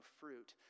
fruit